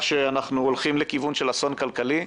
שאנחנו הולכים לכיוון של אסון כלכלי.